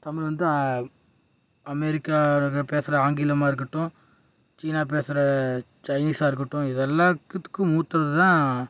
தமிழ் வந்து அமெரிக்கா இதில் பேசுகிற ஆங்கிலமாக இருக்கட்டும் சீனா பேசுகிற சைனீஷ்ஷாக இருக்கட்டும் இது எல்லாத்துக்கும் மூத்தது தான்